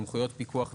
(סמכויות פיקוח ואכיפה),